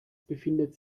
befindet